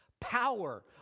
power